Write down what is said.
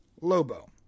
Lobo